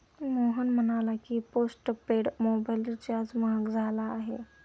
मोहन म्हणाला की, postpaid mobile recharge महाग झाला आहे